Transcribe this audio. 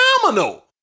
phenomenal